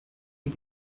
you